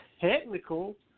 technical